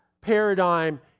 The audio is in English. paradigm